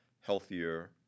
healthier